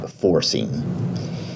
forcing